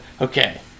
Okay